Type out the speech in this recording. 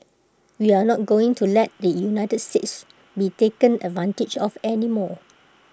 we are not going to let the united states be taken advantage of any more